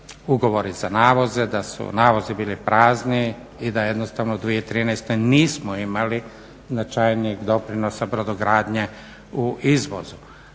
ugovori za navoze, da su navozi bili prazni i da jednostavno 2013. nismo imali značajnijeg doprinosa brodogradnje u izvozu.